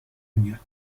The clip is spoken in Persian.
میاید